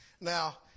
Now